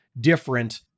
different